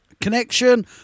connection